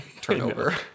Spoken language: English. turnover